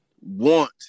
want